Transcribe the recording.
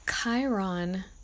Chiron